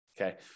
Okay